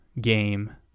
game